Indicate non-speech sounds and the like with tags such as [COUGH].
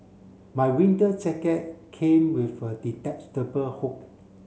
my winter jacket came with a [UNINTELLIGIBLE] hood